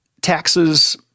taxes